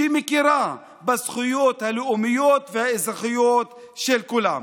שמכירה בזכויות הלאומיות והאזרחיות של כולם.